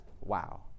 Wow